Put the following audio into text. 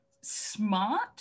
smart